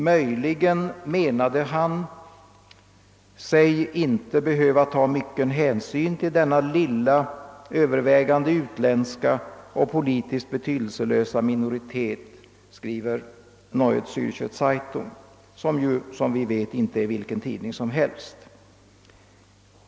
Möjligen menade han sig inte behöva ta mycken hänsyn till denna lilla, övervägande utländska och politiskt betydelselösa minoritet», skriver Neue Zärcher Zeitung, vilken ju som vi vet inte är vilken tidning som helst.